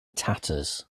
tatters